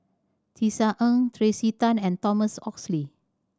Tisa Ng Tracey Tan and Thomas Oxley